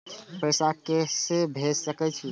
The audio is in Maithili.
पैसा के से भेज सके छी?